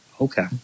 Okay